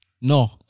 No